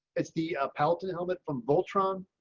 it's the palette and helmet from voltron.